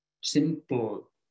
simple